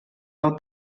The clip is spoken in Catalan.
del